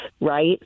right